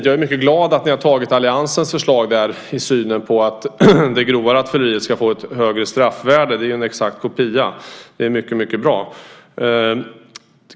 Jag är mycket glad över att ni där har antagit alliansens förslag när det gäller synen på att grovt rattfylleri ska få ett högre straffvärde. Det är ju en exakt kopia, och detta är mycket bra.